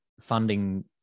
funding